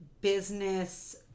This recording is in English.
business